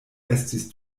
estis